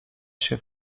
się